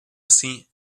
assim